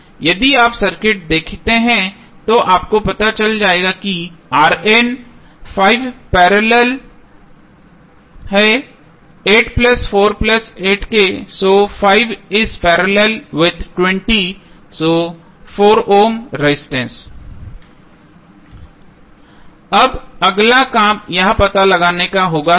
यदि आप सर्किट देखते हैं तो आपको पता चल जाएगा कि अब अगला काम यह पता लगाना होगा कि क्या